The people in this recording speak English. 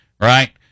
right